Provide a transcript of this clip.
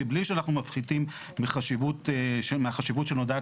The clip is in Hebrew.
מבלי שאנחנו מפחיתים מהחשיבות שנודעת